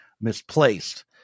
misplaced